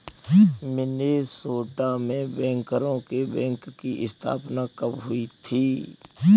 Minnesota में बैंकरों के बैंक की स्थापना कब हुई थी?